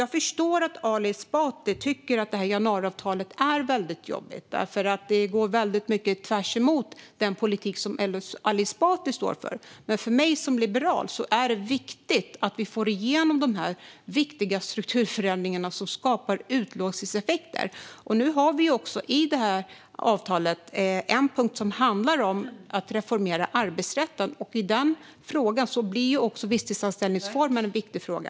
Jag förstår att Ali Esbati tycker att januariavtalet är väldigt jobbigt därför att det går väldigt tvärt emot den politik som Ali Esbati står för. Men för mig som liberal är det viktigt att vi får igenom dessa viktiga strukturförändringar som skapar upplåsningseffekter. I avtalet har vi också en punkt som handlar om att reformera arbetsrätten, och där blir också visstidsanställningsformen en viktig fråga.